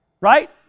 right